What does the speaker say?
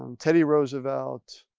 um teddy roosevelt,